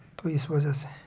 तो इस वजह से